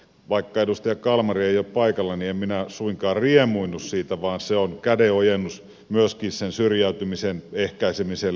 vaikka edustaja kalmari ei ole paikalla niin en minä suinkaan riemuinnut siitä vaan se on kädenojennus myöskin syrjäytymisen ehkäisemiselle